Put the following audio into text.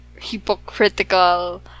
hypocritical